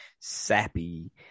sappy